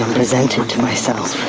presented to myself